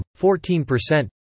14%